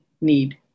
need